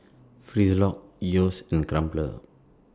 Frisolac Yeo's and Crumpler